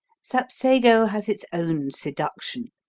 sapsago has its own seduction,